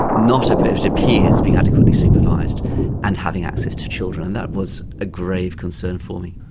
not, ah it appears, being adequately supervised and having access to children. and that was a grave concern for me.